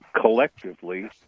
collectively